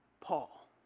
Paul